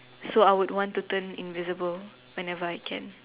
so I would want to turn invisible whenever I can